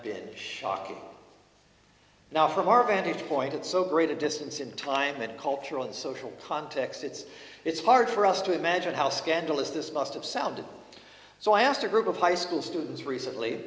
been shocking now from our vantage point it's so great a distance in time that cultural and social context it's it's hard for us to imagine how scandalous this must have sounded so i asked a group of high school students recently